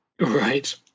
Right